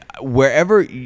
wherever